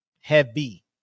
heavy